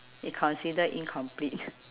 it consider incomplete